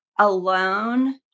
alone